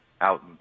out